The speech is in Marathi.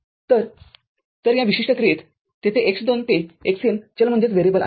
तरतर या विशिष्ट क्रियेततिथे x२ ते xN चलआहेत